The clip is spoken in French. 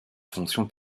fonction